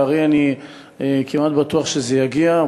לצערי אני כמעט בטוח שזה יגיע.